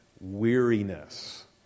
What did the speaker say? weariness